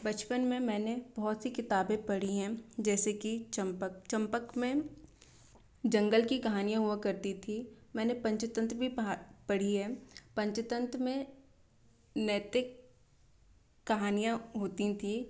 बचपन में मैंने बोहोत सी किताबे पढ़ी हैं जैसे कि चम्पक चम्पक में जंगल की कहानियाँ हुआ करती थी मैंने पंचतंत्र भी पढ़ी है पंचतंत्र में नैतिक कहानियाँ होती थी